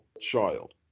child